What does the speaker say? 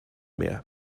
mehr